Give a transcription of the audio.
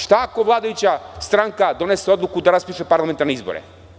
Šta ako vladajuća stranka donese odluku da raspiše parlamentarne izbore?